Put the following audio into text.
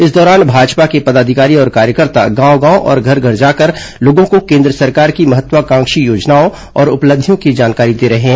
इस दौरान भाजपा के पदाधिकारी और कार्यकर्ता गांव गांव और घर घर जाकर लोगों को केन्द्र सरकार की महत्वाकांक्षी योजनाओं और उपलब्धियों की जानकारी दे रहे हैं